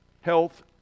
health